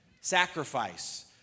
sacrifice